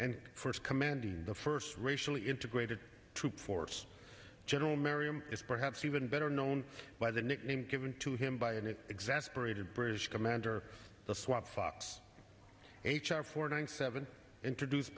and first commanding the first racially integrated troop force general merriam is perhaps even better known by the nickname given to him by an it exasperated british commander the swamp fox h r four hundred seven introduced